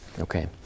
Okay